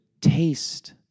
taste